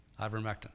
ivermectin